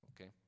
okay